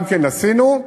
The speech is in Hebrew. גם עשינו.